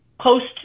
post